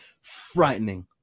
frightening